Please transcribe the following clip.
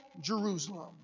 Jerusalem